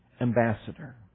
ambassador